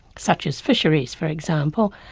such as fisheries for example,